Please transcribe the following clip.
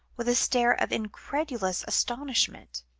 with a stare of incredulous astonishment.